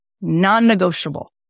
non-negotiable